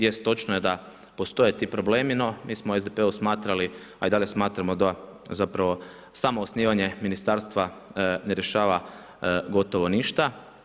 Jest točno je da postoje ti problemi, no mi smo u SDP-u smatrali a i dalje smatramo da zapravo samo osnivanje ministarstva ne rješava gotovo ništa.